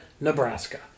Nebraska